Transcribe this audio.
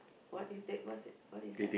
what is that what's that what is that